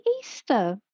Easter